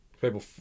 people